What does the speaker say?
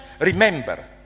remember